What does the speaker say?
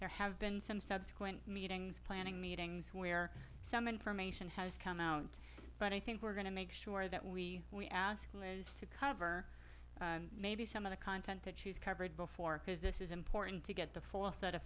there have been some subsequent meetings planning meetings where some information has come out but i think we're going to make sure that we we ask them to cover maybe some of the content that she's covered before because this is important to get the full set